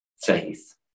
Faith